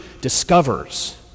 discovers